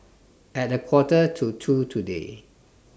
At A Quarter to two today